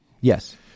Yes